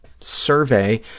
survey